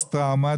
פוסט טראומה,